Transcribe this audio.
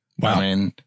Wow